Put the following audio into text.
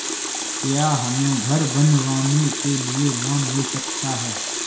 क्या हमें घर बनवाने के लिए लोन मिल सकता है?